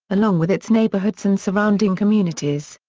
along with its neighbourhoods and surrounding communities.